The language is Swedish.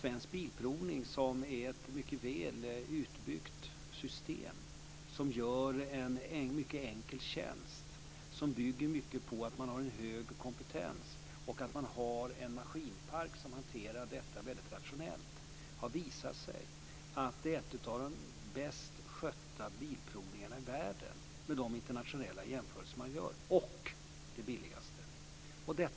Svensk Bilprovning är ett mycket väl utbyggt system som gör en mycket enkel tjänst, som bygger mycket på att man har en hög kompetens och en maskinpark som gör att man kan hantera detta väldigt rationellt. Det har visat sig att det är en av de bäst skötta och en av de billigaste bilprovningarna i världen i de internationella jämförelser som görs.